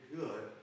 good